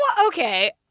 Okay